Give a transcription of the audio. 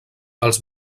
els